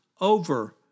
over